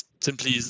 simply